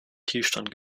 tiefstand